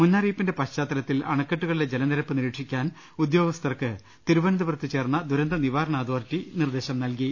മുന്നറിയിപ്പിന്റെ പശ്ചാത്തലത്തിൽ അണക്കെട്ടുകളിലെ ജലനി രപ്പ് നിരീക്ഷിക്കാൻ ഉദ്യോഗസ്ഥർക്ക് തിരുവനന്തപുരത്ത് ചേർന്ന ദുരന്തനിവാരണ അതോറിറ്റിയോഗം നിർദ്ദേശം നൽകി